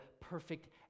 perfect